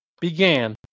began